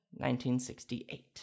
1968